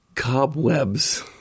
cobwebs